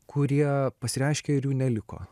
kurie pasireiškė ir jų neliko